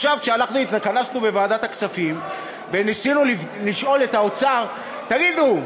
כשהתכנסנו בוועדת הכספים וניסינו לשאול את האוצר: תגידו,